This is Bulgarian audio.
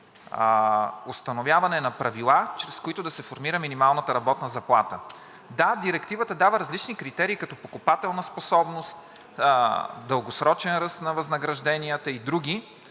установяване на правила, чрез които да се формира минималната работна заплата. Да, Директивата дава различни критерии, като покупателна способност, дългосрочен ръст на възнагражденията и други,